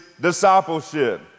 discipleship